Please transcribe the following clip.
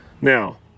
now